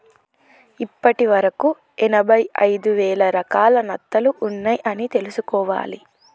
ఇప్పటి వరకు ఎనభై ఐదు వేల రకాల నత్తలు ఉన్నాయ్ అని తెలుసుకోవాలి